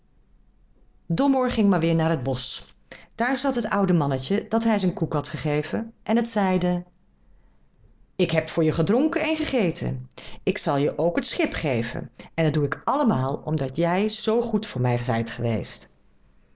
domoor ging maar weêr naar het bosch daar zat het oude mannetje dat hij zijn koek had gegeven en het zeide ik heb voor je gedronken en gegeten ik zal je ook het schip geven en dat doe ik allemaal omdat je zoo goed voor mij zijt geweest